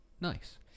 Nice